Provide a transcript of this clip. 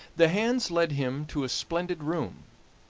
the hands led him to a splendid room,